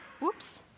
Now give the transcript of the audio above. Whoops